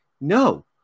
No